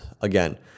again